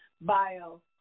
bio